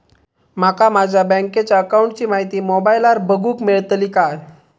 माका माझ्या बँकेच्या अकाऊंटची माहिती मोबाईलार बगुक मेळतली काय?